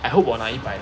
I hope 我拿一百